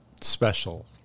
special